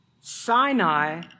Sinai